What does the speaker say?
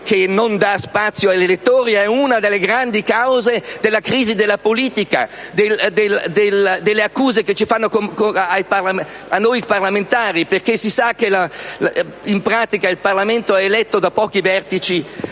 che non dà spazio agli elettori; è una delle grandi cause della crisi della politica e delle accuse che vengono mosse a noi parlamentari. Infatti, come si sa, in pratica il Parlamento è eletto da pochi vertici